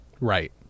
Right